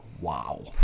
Wow